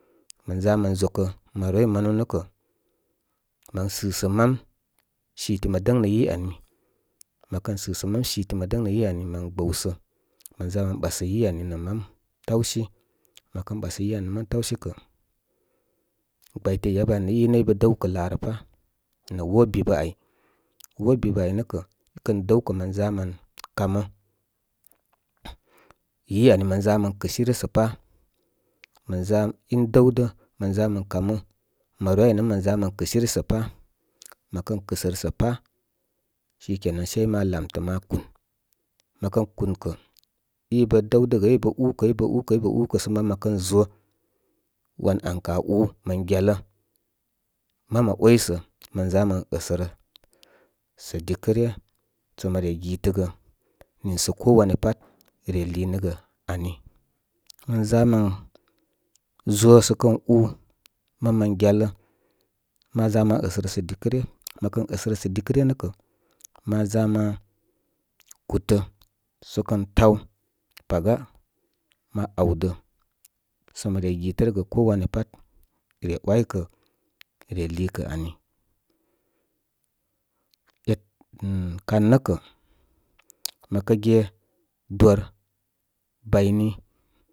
Mənʒa mən ʒwəkə maroroi manu nə́ kə’ sɨsə mam sidi mə dəŋ nə’ yí ani, mə, kən sɨsə mam siti mə dəŋ nə yí ani mən gbəwsə mən ʒa mən ɓasə yí ani nə̀ mam tawsi. Mən ɓasə yí ani, nə̀ mama tawsi. Mən ɓasə yí ani nə’ mam tawsɪ̀ kə́. Gbayte’ yabə ani í nə i kə dəwkə laa rə pa’ nə̀ wo’ bibə áu. Wo’ bibə áy nə’ kə̀ í kən dəw kə̀ mən ʒa mən kamə yí anī mən ʒa mən kɨsíni sə pa’, mən ʒa índəwdə mən ʒa mən kamə maroroi áy nə’ mən ʒa mən kəsīri sə’ pa’. Mə kən kɨsərə pa’. Sí kenan sai ma lamtə ma, kūn. Mə kən kūn kə, í bə dəw dəgə í bə ũ kə, í bə úkə í bə ú, kə. Sə man məkən ʒo, wan an kə aa u̍ mən gwalə, mam aa oysə. Ma’n ʒa mən əsərə sə dikə ryə. Sə mə re gɨ́təyə nii sə sə ko wanya fat re lììnə̀ gə’ ani. Mən ʒa mən ʒo sə kən ú gyalə ma ʒa mən əsərə dìkə ryə mə kən asərə sə dīkə ryə nə’ kà, ma ʒa ma ku̍tə sə kən taw paga ma audə. Sə mə re gitərə. Gə ko wan ya pat re waykə re lììkəani. ɛt, mih, kan, nə’ kə’. Mə ge dor bayni.